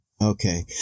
Okay